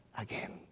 again